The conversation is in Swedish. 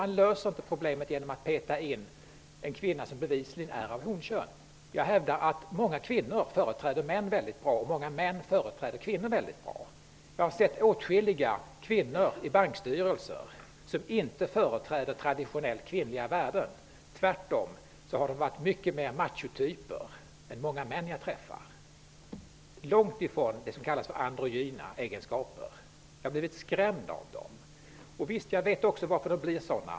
Man löser inte problemet genom att sätta in en kvinna, som bevisligen är av honkön. Jag hävdar att många kvinnor företräder män mycket bra och att många män företräder kvinnor mycket bra. Jag har i bankstyrelser sett åtskilliga kvinnor som inte företräder traditionellt kvinnliga värden. Tvärtom har de varit mycket mera av machotyper än många män som jag träffar. De har långt ifrån vad som kallas androgyna egenskaper. Jag har blivit skrämd av dem. Jag vet också varför de blir sådana.